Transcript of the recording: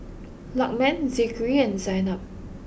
Lukman Zikri and Zaynab